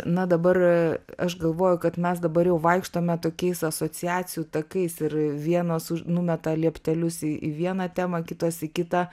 na dabar aš galvoju kad mes dabar jau vaikštome tokiais asociacijų takais ir vienos už numeta lieptelius į į vieną temą kitos į kitą